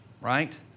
right